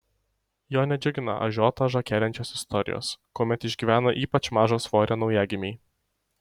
jo nedžiugina ažiotažą keliančios istorijos kuomet išgyvena ypač mažo svorio naujagimiai